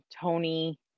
Tony